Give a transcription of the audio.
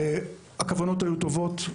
הכוונות היו טובות.